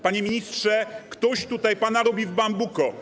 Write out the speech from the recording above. Panie ministrze, ktoś tutaj pana robi w bambuko.